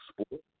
sport